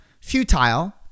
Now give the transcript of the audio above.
futile